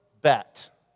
Bet